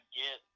get